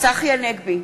צחי הנגבי,